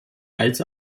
als